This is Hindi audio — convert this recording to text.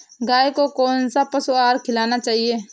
गाय को कौन सा पशु आहार खिलाना चाहिए?